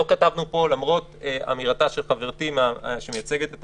לא כתבנו פה, למרות אמירתה של חברתי שמייצגת את